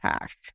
cash